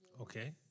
Okay